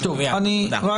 אני לא